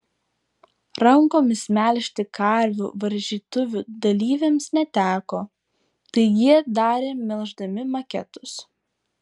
rankomis melžti karvių varžytuvių dalyviams neteko tai jie darė melždami maketus